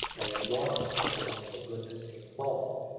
a loss of the primordial goodness, a fall,